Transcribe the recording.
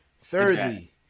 Thirdly